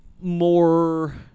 more